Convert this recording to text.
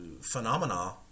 phenomena